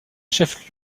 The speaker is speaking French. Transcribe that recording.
chef